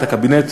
את הקבינט,